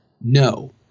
No